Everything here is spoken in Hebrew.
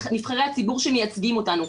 אל נבחרי הציבור שמייצגים אותנו.